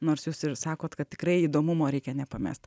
nors jūs ir sakot kad tikrai įdomumo reikia nepamest